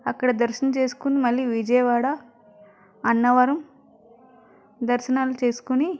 అక్కడ దర్శనం చేసుకుని మళ్ళీ విజయవాడ అన్నవరం దర్శనాలు చేసుకుని